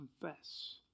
confess